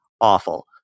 Awful